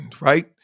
Right